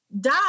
die